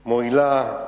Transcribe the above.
מועילה.